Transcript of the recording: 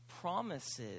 promises